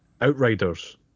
Outriders